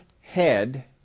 head